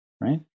right